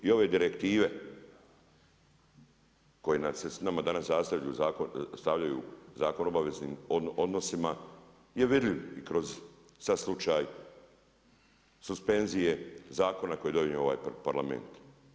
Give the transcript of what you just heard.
I ove direktive koje nam se nama danas stavljaju u Zakon o obaveznim odnosima je vidljiv i kroz sada slučaj suspenzije zakona koju je donio ovaj Parlament.